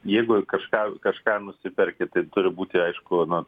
jeigu kažką kažką nusiperki tai turi būti aišku nu